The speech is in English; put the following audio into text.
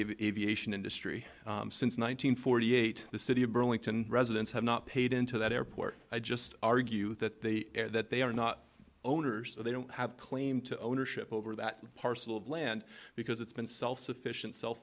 aviation industry since one nine hundred forty eight the city of burlington residents have not paid into that airport i just argue that they are that they are not owners so they don't have claim to ownership over that parcel of land because it's been self sufficient sel